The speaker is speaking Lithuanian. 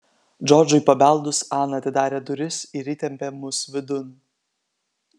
džordžui pabeldus ana atidarė duris ir įtempė mus vidun